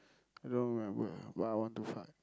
I don't remember but I want to fight